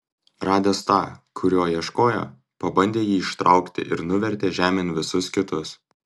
radęs tą kurio ieškojo pabandė jį ištraukti ir nuvertė žemėn visus kitus